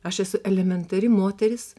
aš esu elementari moteris